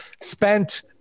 spent